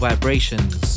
Vibrations